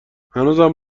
هنوزم